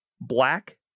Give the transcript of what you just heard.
black